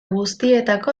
guztietako